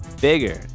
bigger